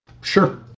Sure